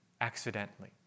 accidentally